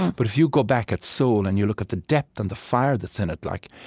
but if you go back at soul, and you look at the depth and the fire that's in it, like